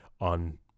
on